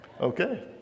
Okay